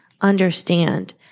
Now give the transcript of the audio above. understand